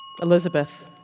Elizabeth